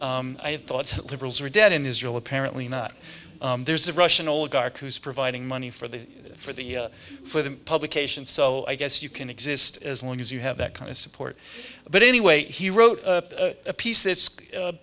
liberal i have thought liberals are dead in israel apparently not there's a russian oligarch who's providing money for the for the for the publication so i guess you can exist as long as you have that kind of support but anyway he wrote a piece it's